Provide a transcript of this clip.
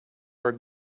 our